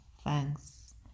thanks